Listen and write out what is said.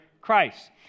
Christ